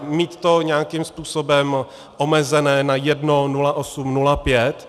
Mít to nějakým způsobem omezené na jedno, 0,8, 0,5.